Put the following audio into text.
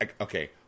Okay